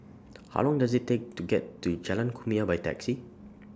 How Long Does IT Take to get to Jalan Kumia By Taxi